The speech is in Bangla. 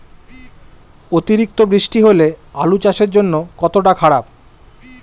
অতিরিক্ত বৃষ্টি হলে আলু চাষের জন্য কতটা খারাপ?